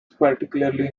particularly